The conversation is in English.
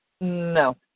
No